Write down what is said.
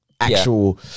actual